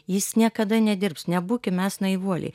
jis niekada nedirbs nebūkim mes naivuoliai